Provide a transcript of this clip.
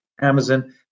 Amazon